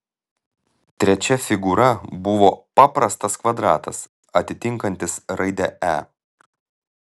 trečia figūra buvo paprastas kvadratas atitinkantis raidę e